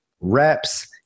reps